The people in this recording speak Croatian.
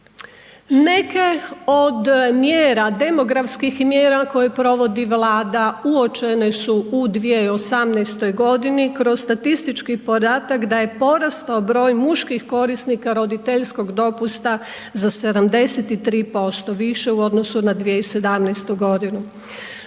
mjera, demografskih mjera koje provodi Vlada uočene su u 2018. godini. Kroz statistički podatak da je porastao broj muških korisnika roditeljskog dopusta za 73% više u odnosu na 2017. godinu.